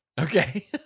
Okay